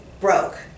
broke